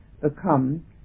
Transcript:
become